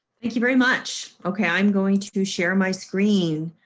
thank you very much. okay, i'm going to share my screen